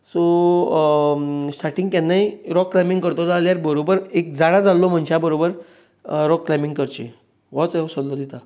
so starting केन्नाय rock climbing करतलो जाल्यार बरोबर एक जाणा जाल्लो मनशा बरोबर रॉक क्लायबींग करचें होच हांव सल्लो दिता